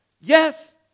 Yes